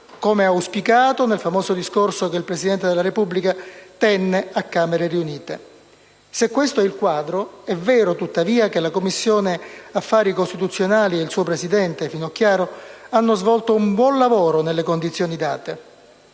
come auspicato nel famoso discorso che il Presidente della Repubblica tenne a Camere riunite. Se questo è il quadro, è vero tuttavia che la Commissione affari costituzionali e il suo presidente, senatrice Finocchiaro, hanno svolto un buon lavoro nelle condizioni date.